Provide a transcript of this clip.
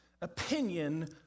opinion